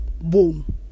boom